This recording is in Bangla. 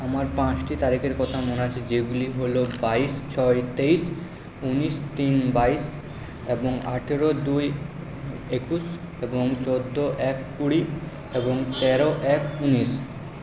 আমার পাঁচটি তারিখের কথা মনে আছে যেগুলি হলো বাইশ ছয় তেইশ উনিশ তিন বাইশ এবং আঠেরো দুই একুশ এবং চোদ্দো এক কুড়ি এবং তেরো এক উনিশ